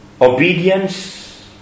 obedience